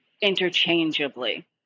interchangeably